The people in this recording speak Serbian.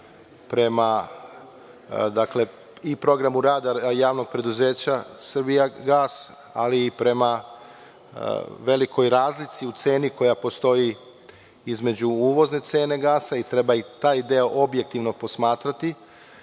prema i prema programu rada JP „Srbijagas“ ali i prema velikoj razlici u ceni koja postoji između uvozne cene gasa, treba i taj deo objektivno posmatrati